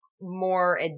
more